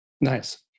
Nice